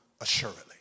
assuredly